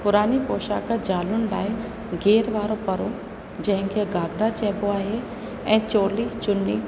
पुराणी पोशाक ज़ालुनि लाइ गेर वारो परो जंहिंखें घाघरा चएबो आहे ऐं चोली चुन्नी